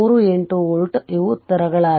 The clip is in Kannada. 38 ವೋಲ್ಟ್ ಇವು ಉತ್ತರಗಳಾಗಿವೆ